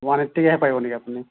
one এইটটিকেহে পাৰিব নেকি আপুনি